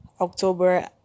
October